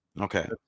okay